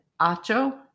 Acho